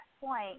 point